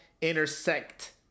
intersect